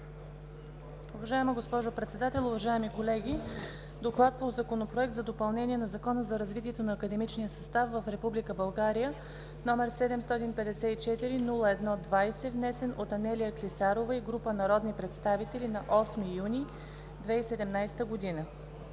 Уважаема госпожо Председател, уважаеми колеги! „ДОКЛАД относно Законопроект за допълнение на Закона за развитието на академичния състав в Република България, № 754-01-20, внесен от Анелия Клисарова и група народни представители на 8 юни 2017 г.